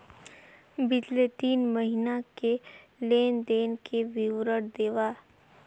बितले तीन महीना के लेन देन के विवरण देवा?